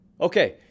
Okay